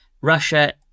Russia